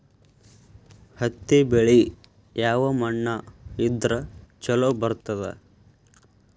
ಹತ್ತಿ ಬೆಳಿ ಯಾವ ಮಣ್ಣ ಇದ್ರ ಛಲೋ ಬರ್ತದ?